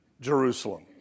Jerusalem